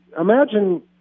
imagine